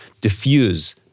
diffuse